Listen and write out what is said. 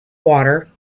water